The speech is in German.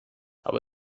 aber